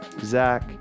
Zach